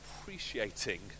appreciating